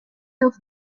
off